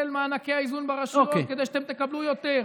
מענקי האיזון ברשויות כדי שאתם תקבלו יותר.